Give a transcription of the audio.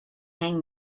hang